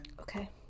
Okay